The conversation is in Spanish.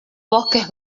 bosques